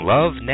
Love